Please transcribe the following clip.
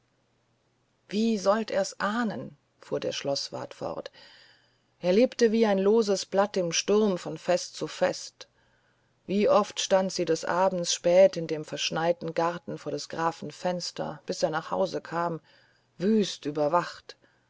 wie sollt er's ahnen fuhr der schloßwart fort er lebte wie ein loses blatt im sturm von fest zu fest wie oft stand sie des abends spät in dem verschneiten garten vor des grafen fenstern bis er nach hause kam wüst überwacht